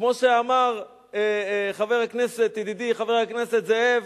כמו שאמר ידידי חבר הכנסת זאב,